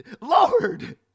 Lord